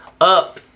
up